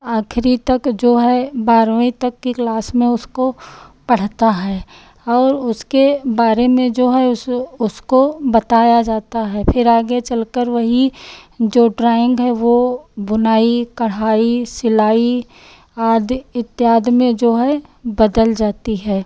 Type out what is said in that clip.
आखिरी तक जो है बारहवीं तक की क्लास में उसको पढ़ता है और उसके बारे में जो है उस उसको बताया जाता है फिर आगे चलकर वही जो ड्रॉइन्ग है वह बुनाई कढ़ाई सिलाई आदि इत्यादि में जो है बदल जाती है